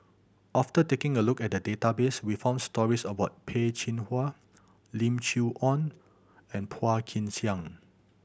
after taking a look at the database we found stories about Peh Chin Hua Lim Chee Onn and Phua Kin Siang